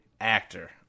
actor